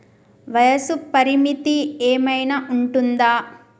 వయస్సు పరిమితి ఏమైనా ఉంటుందా?